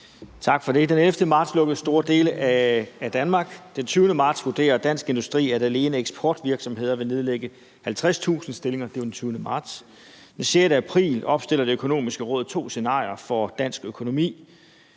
Tak for det. Den 11. marts lukkede store dele af Danmark. Den 20. marts vurderer Dansk Industri, at alene eksportvirksomheder vil nedlægge 50.000 stillinger, det var altså den 20. marts. Den 6. april opstiller Det Økonomiske Råd to scenarier for dansk økonomi.